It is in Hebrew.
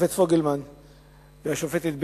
השופט פוגלמן והשופטת בייניש,